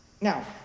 Now